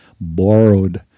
borrowed